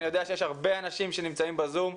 אני יודע שיש הרבה אנשים שנמצאים בזום,